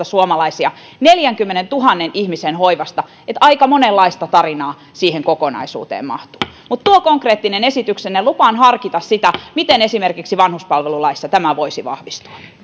suomalaisia neljänkymmenentuhannen ihmisen hoivasta että aika monenlaista tarinaa siihen kokonaisuuteen mahtuu mutta tuo konkreettinen esityksenne lupaan harkita sitä miten esimerkiksi vanhuspalvelulaissa tämä voisi vahvistua